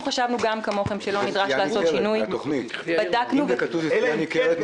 חשבנו גם כמוכם, שלא נדרש לעשות שינוי.